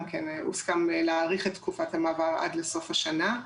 הוסכם להאריך את תקופת המעבר עד לסוף השנה.